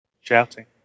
Shouting